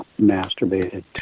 masturbated